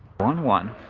one one